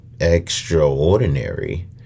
extraordinary